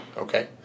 Okay